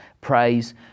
Praise